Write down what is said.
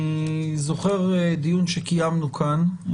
אני זוכר דיון שקיימנו כאן ,